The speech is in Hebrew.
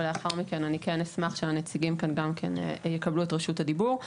ולאחר מכן אני כן אשמח שהנציגים כאן גם כן יקבלו את רשות הדיבור.